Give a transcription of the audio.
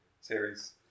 series